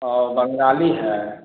औ बंगाली है